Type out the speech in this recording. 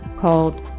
called